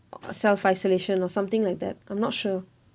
self-isolation or something like that I'm not sure